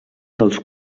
dels